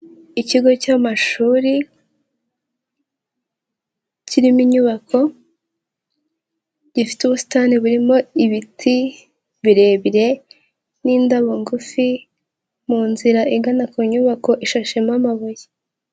Ikigo cy'amashuri kirimo inyubako, gifite ubusitani burimo ibiti birebire n'indabo ngufi, mu nzira igana ku nyubako ishashemo amabuye.